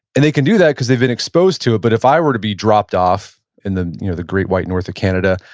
and they can do that because they were exposed to it. but if i were to be dropped off in the you know the great white north of canada,